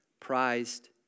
prized